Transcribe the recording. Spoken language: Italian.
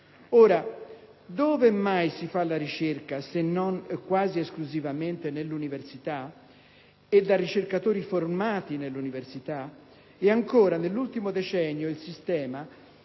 Ora, dove e mai si fa la ricerca se non, quasi esclusivamente, nell'università? E da parte di ricercatori formati nell'università? E ancora, nell'ultimo decennio il sistema